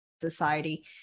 Society